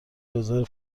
رزرو